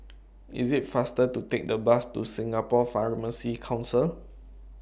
IT IS faster to Take The Bus to Singapore Pharmacy Council